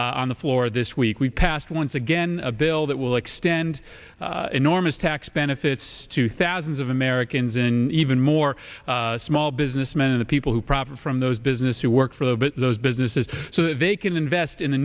on the floor this week we passed once again a bill that will extend enormous tax benefits to thousands of americans in even more small businessmen the people who profit from those business who work for those businesses so they can invest in the